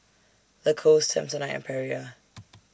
Lacoste Samsonite and Perrier